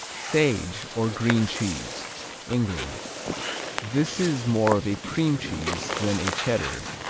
sage, or green cheese england this is more of a cream cheese, than a cheddar,